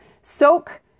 soak